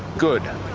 good.